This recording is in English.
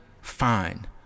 fine